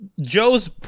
Joe's